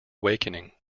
awakening